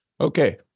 Okay